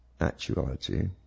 Actuality